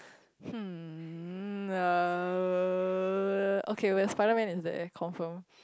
hmm uh okay when Spiderman is there confirm